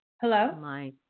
Hello